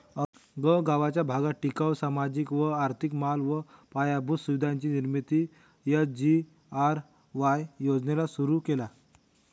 गगावाचा भागात टिकाऊ, सामाजिक व आर्थिक माल व पायाभूत सुविधांची निर्मिती एस.जी.आर.वाय योजनेला सुरु केला